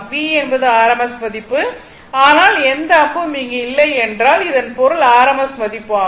V என்பது rms மதிப்பு ஆனால் எந்த அம்பும் இங்கே இல்லை என்றால் அதன் பொருள் rms மதிப்பு ஆகும்